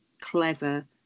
clever